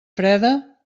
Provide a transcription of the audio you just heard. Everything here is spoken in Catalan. freda